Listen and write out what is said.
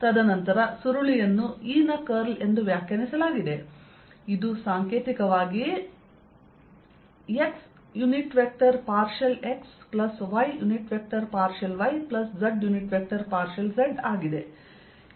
ತದನಂತರ ಸುರುಳಿಯನ್ನು E ನ ಕರ್ಲ್ ಎಂದು ವ್ಯಾಖ್ಯಾನಿಸಲಾಗಿದೆ ಇದು ಸಾಂಕೇತಿಕವಾಗಿ x partial x plus y partial y plus z partial z ಆಗಿದೆ